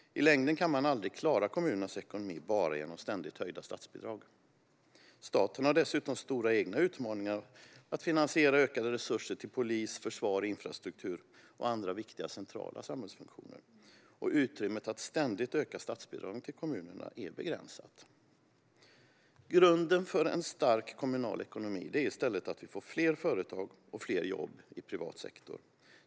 I längden kan man aldrig klara kommunernas ekonomi bara genom ständigt höjda statsbidrag. Staten har dessutom stora utmaningar med att finansiera ökade resurser till polis, försvar, infrastruktur och andra viktiga centrala samhällsfunktioner. Utrymmet att ständigt öka statsbidragen till kommunerna är begränsat. Grunden för en stark kommunal ekonomi är i stället att vi får fler företag och fler jobb i privat sektor.